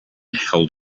held